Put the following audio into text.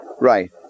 Right